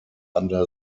under